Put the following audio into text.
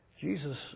Jesus